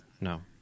no